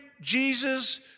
Jesus